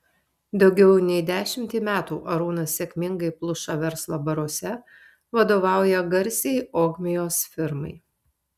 daugiau nei dešimtį metų arūnas sėkmingai pluša verslo baruose vadovauja garsiai ogmios firmai